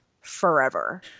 forever